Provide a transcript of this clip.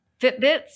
Fitbits